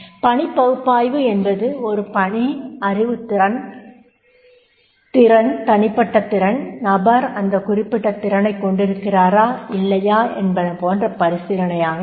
பணிப் பகுப்பாய்வு என்பது ஒரு பணி அறிவு திறன் திறன் தனிப்பட்ட திறன் நபர் அந்த குறிப்பிட்ட திறனைக் கொண்டிருக்கிறாரா இல்லையா என்பது போன்ற பரிசீலணையாக இருக்கும்